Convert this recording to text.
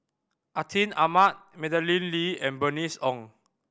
Atin Amat Madeleine Lee and Bernice Ong